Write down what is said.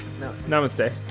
Namaste